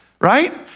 right